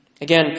Again